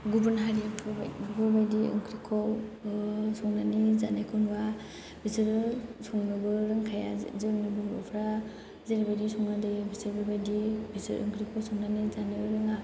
गुबुन हारिफोर बायदि बेफोरबायदि ओंख्रिखौ संनानै जानायखौ नुवा बिसोरो संनोबो रोंखाया जोंनि बर'फ्रा जेरैबायदि संनानै जायो बिसोर बे बायदि बिसोर ओंख्रिखौ संनानै जानो रोङा